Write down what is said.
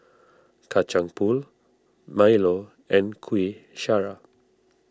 Kacang Pool Milo and Kuih Syara